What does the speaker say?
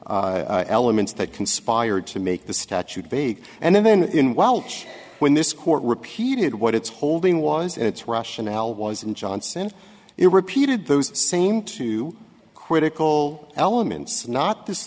elements that conspired to make the statute vague and then in welsh when this court repeated what its holding was its rationale was and johnson it repeated those same two critical elements not this